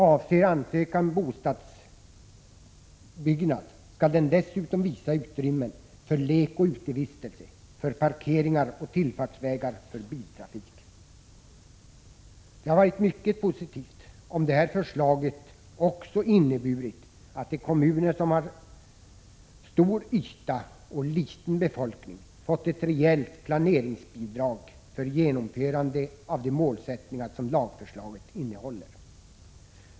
Avser ansökan bostadsbyggnad, skall den dessutom visa utrymmen för lek och utevistelse, för parkeringar och för tillfartsvägar för biltrafik. Det hade varit mycket positivt, om det här förslaget också inneburit att de kommuner som har stor yta och liten befolkning fått rejält planeringsbidrag för genomförande av de målsättningar som lagförslaget innehåller.